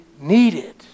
needed